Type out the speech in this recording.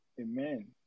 Amen